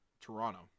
Toronto